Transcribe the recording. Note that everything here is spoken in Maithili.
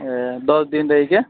दश दिन रहैके